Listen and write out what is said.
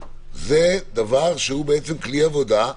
זה דבר שהוא בעצם כלי עבודה.